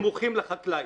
נמוכים לחקלאי.